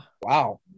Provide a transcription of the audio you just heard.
wow